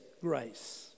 grace